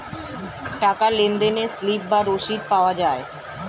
টাকার লেনদেনে স্লিপ বা রসিদ পাওয়া যায়